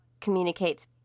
communicates